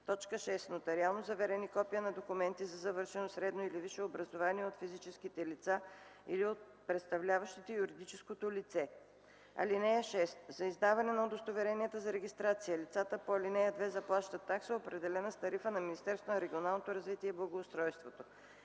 6. нотариално заверени копия на документи за завършено средно или висше образование от физическите лица или от представляващите юридическото лице. (6) За издаване на удостоверенията за регистрация лицата по ал. 2 заплащат такса, определена с тарифа на Министерството на регионалното развитие и благоустройство.